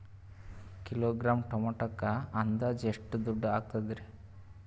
Kilogram ಟೊಮೆಟೊಕ್ಕ ಅಂದಾಜ್ ಎಷ್ಟ ದುಡ್ಡ ಅಗತವರಿ?